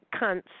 cunts